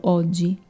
oggi